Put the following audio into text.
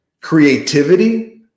creativity